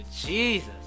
Jesus